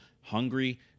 hungry